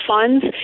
funds